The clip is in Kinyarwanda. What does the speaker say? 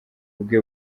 bwe